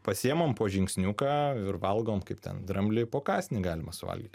pasiimam po žingsniuką ir valgome kaip ten dramblį ir po kąsnį galima suvalgyti